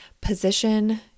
position